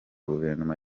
guverinoma